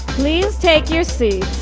please take your seat.